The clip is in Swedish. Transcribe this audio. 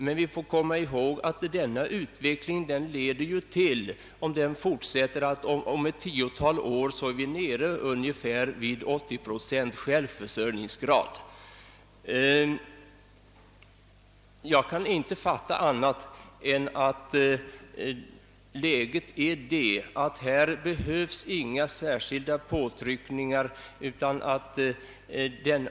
Men vi får komma ihåg att denna utveckling, om den fortsätter, leder till att vi om ett tiotal år är nere vid en 80-procentig försörjningsgrad. Jag kan således inte förstå annat än att läget är sådant att inga särskilda påtryckningar behövs.